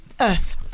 Earth